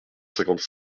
cinquante